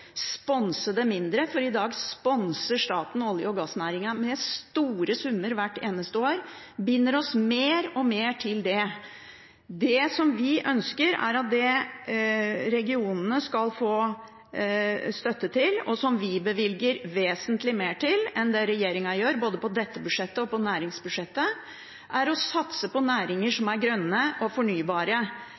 sponse det mindre, for i dag sponser staten olje- og gassnæringen med store summer hvert eneste år – binder oss mer og mer til det. Det som vi ønsker at regionene skal få støtte til, og som vi bevilger vesentlig mer til enn det regjeringen gjør både på dette budsjettet og på næringsbudsjettet, er å satse på næringer som er grønne og fornybare,